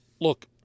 look